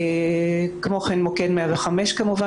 גם מוקד 105 פועל.